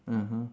(uh huh)